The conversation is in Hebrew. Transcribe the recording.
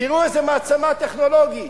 תראו איזה מעצמה טכנולוגית,